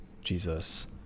Jesus